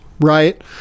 right